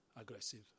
aggressive